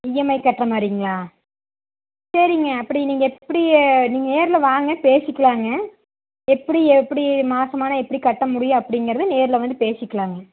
EMI கட்டுற மாதிரிங்களா சரிங்க அப்படி நீங்கள் எப்படி நீங்கள் நேரில் வாங்க பேசிக்கலாங்க எப்படி எப்படி மாதமானா எப்படி கட்ட முடியும் அப்படிங்கறது நேரில் வந்து பேசிக்கலாங்க